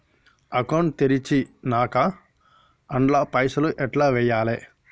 Account తెరిచినాక అండ్ల పైసల్ ఎట్ల వేయాలే?